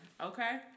Okay